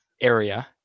area